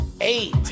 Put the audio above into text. eight